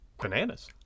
bananas